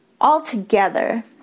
altogether